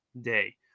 day